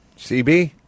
CB